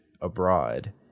abroad